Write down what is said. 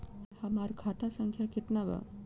हमार खाता संख्या केतना बा?